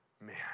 man